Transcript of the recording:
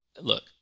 Look